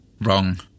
Wrong